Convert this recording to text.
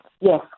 Yes